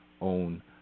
own